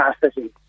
capacity